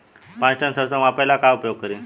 पाँच टन सरसो मापे ला का उपयोग करी?